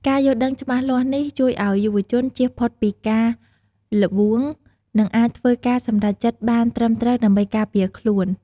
ការយល់ដឹងច្បាស់លាស់នេះ ជួយឲ្យយុវជនចៀសផុតពីការល្បួង និងអាចធ្វើការសម្រេចចិត្តបានត្រឹមត្រូវដើម្បីការពារខ្លួនឯង។